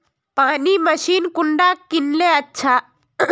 पानी मशीन कुंडा किनले अच्छा?